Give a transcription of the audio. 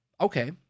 okay